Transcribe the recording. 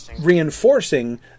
reinforcing